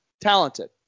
talented